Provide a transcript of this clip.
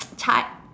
heart